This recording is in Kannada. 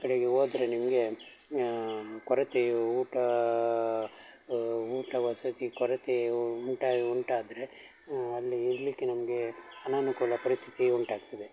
ಕಡೆಗೆ ಹೋದ್ರೆ ನಿಮಗೆ ಕೊರತೆಯು ಊಟ ಊಟ ವಸತಿ ಕೊರತೆ ಉಂಟ ಉಂಟಾದರೆ ಅಲ್ಲಿ ಇರಲಿಕ್ಕೆ ನಮಗೆ ಅನನುಕೂಲ ಪರಿಸ್ಥಿತಿ ಉಂಟಾಗ್ತದೆ